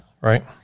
right